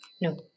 No